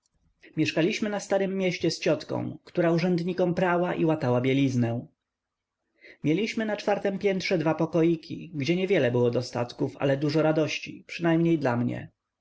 mieszkaliśmy na starem mieście z ciotką która urzędnikom prała i łatała bieliznę mieliśmy na czwartem piętrze dwa pokoiki gdzie niewiele było dostatków ale dużo radości przynajmniej dla mnie